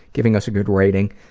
giving us a good rating,